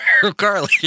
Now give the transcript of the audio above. Carly